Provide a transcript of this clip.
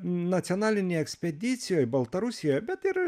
nacionalinėj ekspedicijoj baltarusijoj bet ir